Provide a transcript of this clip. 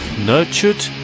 Nurtured